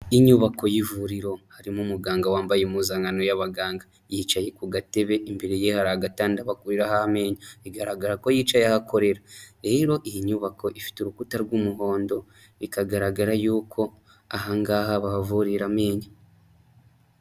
Inyubako y'ivuriro harimo umuganga wambaye impuzankano y'abaganga, yicaye ku gatebe imbere ye hari agatanda bakuriraho amenyo, bigaragara ko yicaye aho ahakorera. Rero, iyi nyubako ifite urukuta rw'umuhondo bikagaragara y'uko aha ngaha bahavuriramo amenyo.